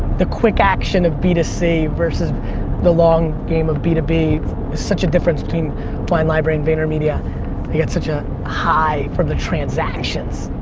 the quick action of b to c, versus the long game of b to b. is such a difference between wine library and vaynermedia. i get such a high from the transactions.